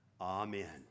Amen